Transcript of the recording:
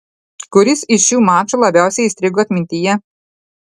kuris iš šių mačų labiausiai įstrigo atmintyje